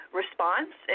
response